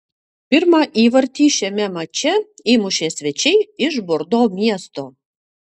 pirmą įvartį šiame mače įmušė svečiai iš bordo miesto